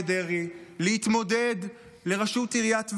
דרעי להתמודד לראשות עיריית טבריה.